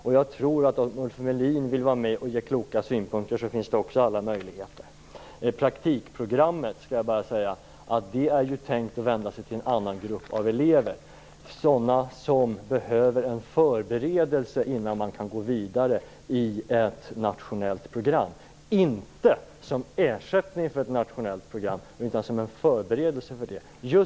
Om Ulf Melin vill vara med och ge kloka synpunkter på detta finns alla möjligheter. Praktikprogrammet är tänkt att vända sig till en annan grupp av elever, sådana som behöver en förberedelse innan de kan gå vidare i ett nationellt program - inte som ersättning för ett nationellt program, utan som en förberedelse för ett sådant.